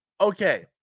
Okay